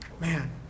man